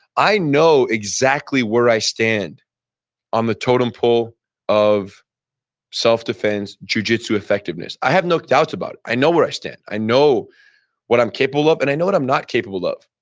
i know exactly where i stand on the totem pole of self defense, jujitsu effectiveness i have no doubts about it, i know where i stand. i know what i'm capable of and i know what i'm not capable of,